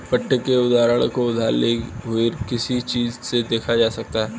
पट्टे के उदाहरण को उधार ली हुई किसी चीज़ से देखा जा सकता है